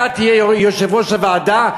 אתה תהיה יושב-ראש הוועדה,